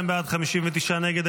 52 בעד, 59 נגד.